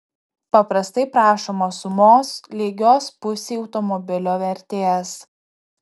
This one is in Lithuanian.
paprastai prašoma sumos lygios pusei automobilio vertės